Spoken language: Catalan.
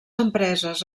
empreses